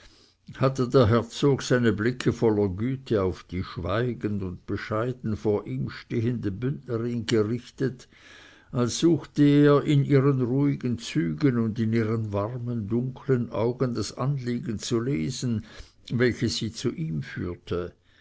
hatte der herzog seine blicke voller güte auf die schweigend und bescheiden vor ihm stehende bündnerin gerichtet als suchte er in ihren ruhigen zügen und in ihren warmen dunkeln augen das anliegen zu lesen welches sie zu ihm führte